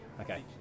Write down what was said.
Okay